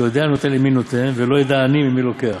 שיודע הנותן למי נותן ולא ידע העני ממי לוקח.